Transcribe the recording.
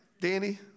Danny